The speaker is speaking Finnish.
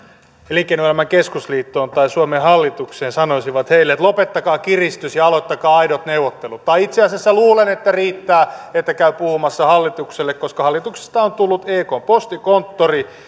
elinkeinoelämän keskusliittoon tai suomen hallitukseen sanoisivat näille että lopettakaa kiristys ja aloittakaa aidot neuvottelut tai itse asiassa luulen että riittää että käy puhumassa hallitukselle koska hallituksesta on tullut ekn postikonttori